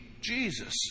Jesus